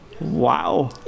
Wow